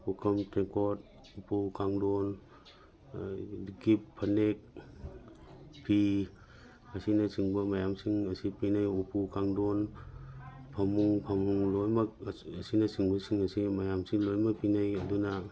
ꯄꯨꯈꯝ ꯇꯦꯡꯀꯣꯠ ꯎꯄꯨ ꯀꯥꯡꯗꯣꯟ ꯑꯗꯒꯤ ꯐꯅꯦꯛ ꯐꯤ ꯑꯁꯤꯅ ꯆꯤꯡꯕ ꯃꯌꯥꯝꯁꯤꯡ ꯑꯁꯤ ꯄꯤꯅꯩ ꯎꯄꯨ ꯀꯥꯡꯗꯣꯟ ꯐꯃꯨꯡ ꯐꯥꯅꯨꯡ ꯂꯣꯏꯃꯛ ꯑꯁꯤꯅ ꯆꯤꯡꯕꯁꯤꯡ ꯑꯁꯤ ꯃꯌꯥꯝꯁꯤ ꯂꯣꯏꯃꯛ ꯄꯤꯅꯩ ꯑꯗꯨꯅ